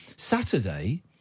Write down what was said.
Saturday